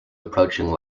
approaching